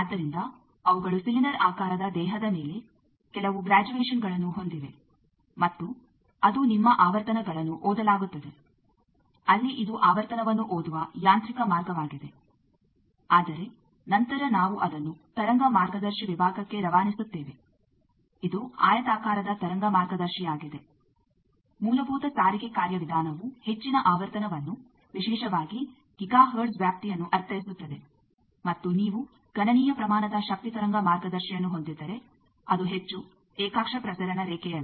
ಆದ್ದರಿಂದ ಅವುಗಳು ಸಿಲಿಂಡರ್ ಆಕಾರದ ದೇಹದ ಮೇಲೆ ಕೆಲವು ಗ್ರ್ಯಾಜುಯೇಶನ್ಗಳನ್ನು ಹೊಂದಿವೆ ಮತ್ತು ಅದು ನಿಮ್ಮ ಆವರ್ತನಗಳನ್ನು ಓದಲಾಗುತ್ತದೆ ಅಲ್ಲಿ ಇದು ಆವರ್ತನವನ್ನು ಓದುವ ಯಾಂತ್ರಿಕ ಮಾರ್ಗವಾಗಿದೆ ಆದರೆ ನಂತರ ನಾವು ಅದನ್ನು ತರಂಗ ಮಾರ್ಗದರ್ಶಿ ವಿಭಾಗಕ್ಕೆ ರವಾನಿಸುತ್ತೇವೆ ಇದು ಆಯತಾಕಾರದ ತರಂಗ ಮಾರ್ಗದರ್ಶಿಯಾಗಿದೆ ಮೂಲಭೂತ ಸಾರಿಗೆ ಕಾರ್ಯವಿಧಾನವು ಹೆಚ್ಚಿನ ಆವರ್ತನವನ್ನು ವಿಶೇಷವಾಗಿ ಗಿಗಾ ಹರ್ಟ್ಜ್ ವ್ಯಾಪ್ತಿಯನ್ನು ಅರ್ಥೈಸುತ್ತದೆ ಮತ್ತು ನೀವು ಗಣನೀಯ ಪ್ರಮಾಣದ ಶಕ್ತಿ ತರಂಗ ಮಾರ್ಗದರ್ಶಿಯನ್ನು ಹೊಂದಿದ್ದರೆ ಅದು ಹೆಚ್ಚು ಏಕಾಕ್ಷ ಪ್ರಸರಣ ರೇಖೆಯಲ್ಲ